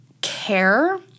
care